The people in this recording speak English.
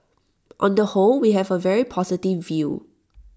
on the whole we have A very positive view